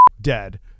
Dead